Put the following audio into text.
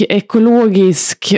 ekologisk